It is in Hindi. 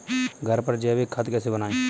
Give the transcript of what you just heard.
घर पर जैविक खाद कैसे बनाएँ?